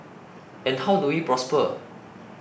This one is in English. and how do we prosper